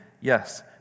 yes